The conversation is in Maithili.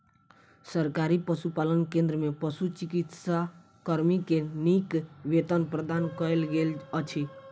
सरकारी पशुपालन केंद्र में पशुचिकित्सा कर्मी के नीक वेतन प्रदान कयल गेल अछि